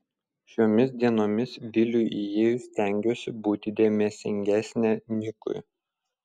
šiomis dienomis viliui įėjus stengiuosi būti dėmesingesnė nikui